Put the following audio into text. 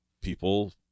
people